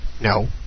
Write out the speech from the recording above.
No